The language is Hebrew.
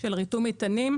של ריתום מטענים?